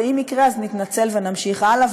ואם יקרה אז נתנצל ונמשיך הלאה,